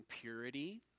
purity